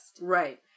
right